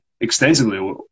extensively